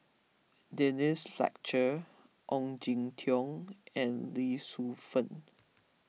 Denise Fletcher Ong Jin Teong and Lee Shu Fen